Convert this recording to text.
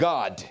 God